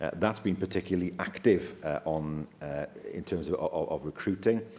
thatis been particularly active um in terms of ah of recruiting.